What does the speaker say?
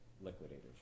liquidators